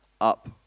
up